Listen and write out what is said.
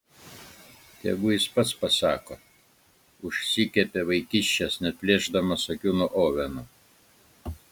tegu jis pats pasako užsikepė vaikiščias neatplėšdamas akių nuo oveno